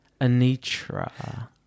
Anitra